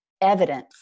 evidence